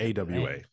AWA